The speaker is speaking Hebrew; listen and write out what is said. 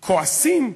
כועסים?